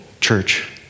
church